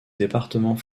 département